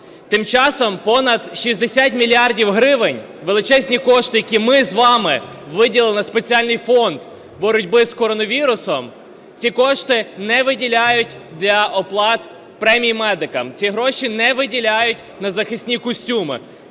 Тим часом, понад 60 мільярдів гривень, величезні кошти, які ми з вами виділили на спеціальний фонд боротьби з коронавірусом, ці кошти не виділяють для оплат премій медикам, ці гроші не виділяють на захисні костюми,